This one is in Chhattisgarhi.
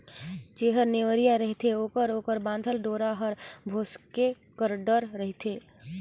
जेहर नेवरिया रहथे ओकर ओकर बाधल डोरा हर भोसके कर डर रहथे